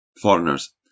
foreigners